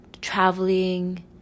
traveling